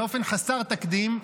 באופן חסר תקדים,